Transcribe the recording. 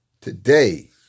Today